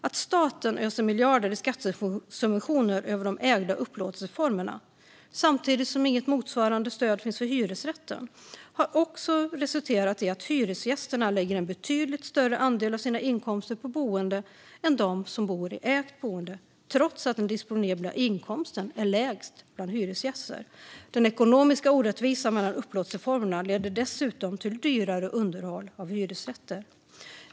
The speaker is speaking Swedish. Att staten öser miljarder i skattesubventioner över de ägda upplåtelseformerna, samtidigt som inget motsvarande stöd finns för hyresrätten, har också resulterat i att hyresgästerna lägger en betydligt större andel av sina inkomster på boende än de som bor i ägt boende, trots att den disponibla inkomsten är lägst bland hyresgäster. Den ekonomiska orättvisan mellan upplåtelseformerna leder dessutom till dyrare underhåll av hyresrätter.